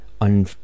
On